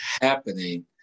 happening